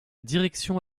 direction